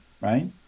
right